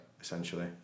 essentially